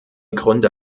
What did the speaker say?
gründe